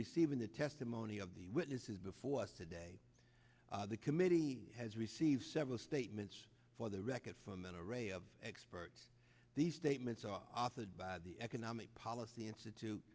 receiving the testimony of the witnesses before us today the committee has received several statements for the record from an array of experts these statements are authored by the economic policy institute